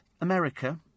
America